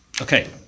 Okay